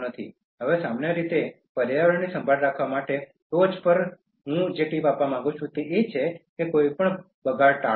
હવે સામાન્ય રીતે પર્યાવરણની સંભાળ રાખવા માટે ટોચ પર હું પેહલી જે ટીપ આપવા માંગુ છું તે છે કોઈપણ બગાડ ટાળો